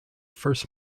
first